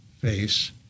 face